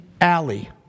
alley